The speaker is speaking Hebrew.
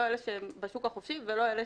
לא אלה שבשוק החופשי ולא אלה